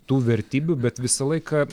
tų vertybių bet visą laiką